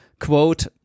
quote